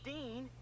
Dean